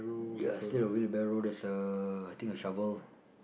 ya still a wheelbarrow there's a I think a shovel